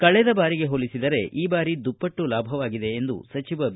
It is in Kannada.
ಕಳೆದ ಬಾರಿಗೆ ಹೋಲಿಸಿದರೆ ಈ ಬಾರಿ ದುಪ್ಪಟ್ಟು ಲಾಭವಾಗಿದೆ ಎಂದು ಸಚಿವ ಬಿ